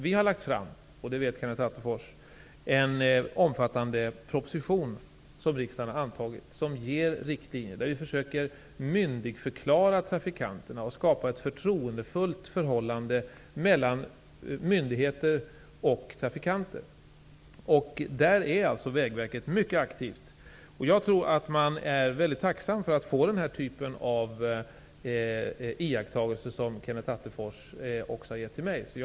Vi har lagt fram -- och det vet Kenneth Attefors -- en omfattande proposition, vilken riksdagen har antagit, som ger riktlinjer om att trafikanterna skall myndigförklaras. Vi vill skapa ett förtroendefullt förhållande mellan myndigheter och trafikanter. I det sammanhanget är Vägverket mycket aktivt. Jag tror att man är väldigt tacksam över att få ta del av den här typen av iakttagelser, som Kenneth Attefors låtit också mig få ta del av.